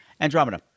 Andromeda